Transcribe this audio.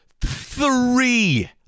three